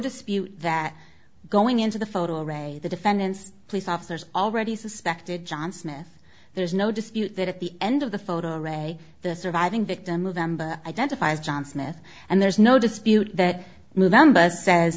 dispute that going into the photo array the defendants police officers already suspected john smith there's no dispute that at the end of the photo array the surviving victim of mba identifies john smith and there's no dispute that move